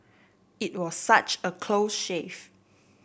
it was such a close shave